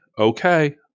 okay